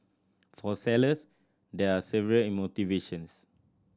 for sellers there are several in motivations